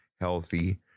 healthy